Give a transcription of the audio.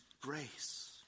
Grace